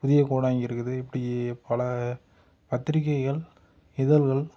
புதிய கோடாங்கி இருக்குது இப்டியே பல பத்திரிகைகள் இதழ்கள்